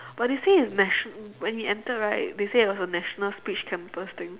but they say it's nation~ when we enter right they say it was a national speech campus thing